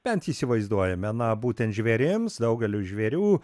bent įsivaizduojame na būtent žvėrims daugeliui žvėrių